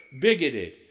bigoted